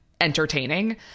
entertaining